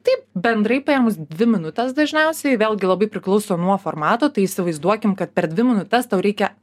taip bendrai paėmus dvi minutes dažniausiai vėlgi labai priklauso nuo formato tai įsivaizduokim kad per dvi minutes tau reikia